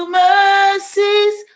mercies